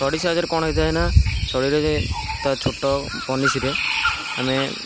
ଛଡ଼ି ସାହାଯ୍ୟରେ କଣ ହୋଇଥାଏ ନା ଛଡ଼ିରେ ତା ଛୋଟ ବନିଶିରେ ଆମେ